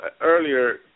earlier